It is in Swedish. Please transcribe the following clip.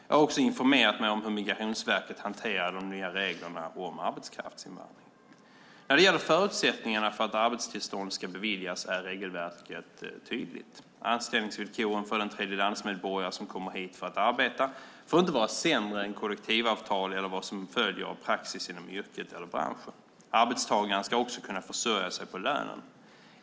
Jag har också informerat mig om hur Migrationsverket hanterar de nya reglerna om arbetskraftsinvandring. När det gäller förutsättningarna för att arbetstillstånd ska beviljas är regelverket tydligt. Anställningsvillkoren för den tredjelandsmedborgare som kommer hit för att arbeta får inte vara sämre än kollektivavtal eller vad som följer av praxis inom yrket eller branschen. Arbetstagaren ska också kunna försörja sig på lönen.